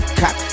cop